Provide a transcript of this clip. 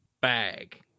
bag